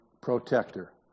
protector